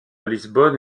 lisbonne